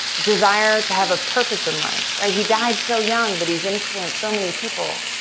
desire to have a purpose in life, right? he died so young, but he's influenced so many people